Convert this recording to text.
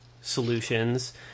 solutions